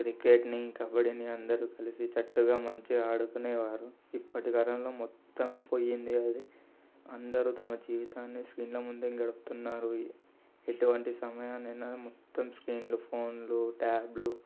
క్రికెట్ని కబడ్డీని అందరు కలిసికట్టుగా మంచిగా ఆడుకునేవారు ఇప్పటికాలంలో మొత్తం పోయింది అది తమ జీవితాన్ని స్క్రీన్ల ముందే గడుపుతున్నారు ఎటువంటి సమయాన్ని అయినా మొత్తం స్క్రీన్లు ఫోన్లు ట్యాబ్లు